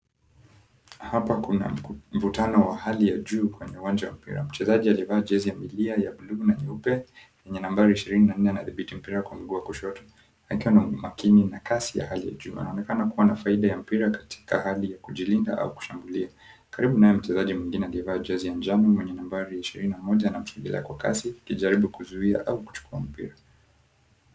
Hapa kuna mvutano wa hali ya juu kwenye uwanja wa mpira. Mchezaji aliyevaa jezi ya milia ya bluu na nyeupe yenye nambari ishiri na nne, anadhibiti mpira kwa mguu wa kushoto akiwa na makini na kasi ya hali ya juu. Anaonekana kua na faida ya mpira katika hali ya kujilinda au kushambulia. Karibu naye mchezaji mwingine aliyevaa jezi ya njano mwenye nambari ishirina na moja anamsongelea kwa kasi akijaribu kuzia au kuchukua mpira.